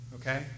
Okay